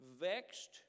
Vexed